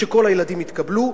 שכל הילדים יקבלו,